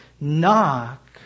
Knock